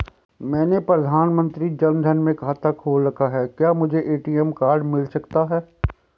मैंने प्रधानमंत्री जन धन में खाता खोल रखा है क्या मुझे ए.टी.एम कार्ड मिल सकता है?